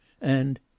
And—